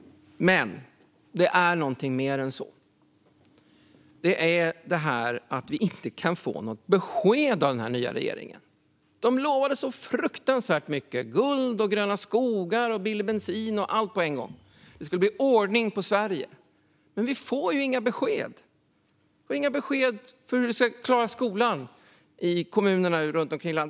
Men det är mer än så. Det handlar också om att vi inte kan få något besked av den nya regeringen. De lovade fruktansvärt mycket: guld och gröna skogar, billig bensin och allt på en gång. Det skulle bli ordning på Sverige. Men vi får ju inga besked. Vi får inga besked om hur landets kommuner ska klara att driva skolorna.